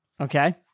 Okay